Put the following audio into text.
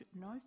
no